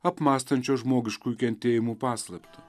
apmąstančio žmogiškųjų kentėjimų paslaptį